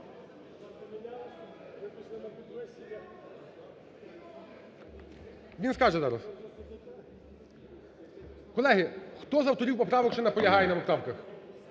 Він скаже зараз. Колеги, хто з авторів поправок ще наполягає на поправках?